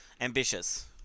ambitious